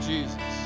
Jesus